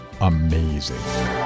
amazing